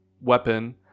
weapon